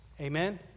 Amen